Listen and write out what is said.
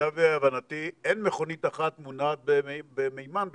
למיטב הבנתי אין מכונית אחת מונעת במימן בישראל.